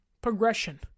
progression